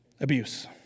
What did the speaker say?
Abuse